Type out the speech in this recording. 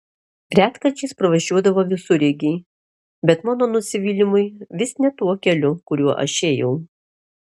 retkarčiais pravažiuodavo visureigiai bet mano nusivylimui vis ne tuo keliu kuriuo ėjau aš